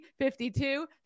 52